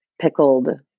pickled